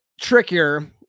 trickier